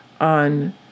on